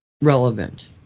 relevant